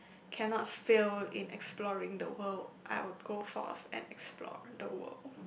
cannot fail in exploring the world I would go for and explore the world